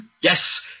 Yes